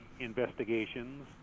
investigations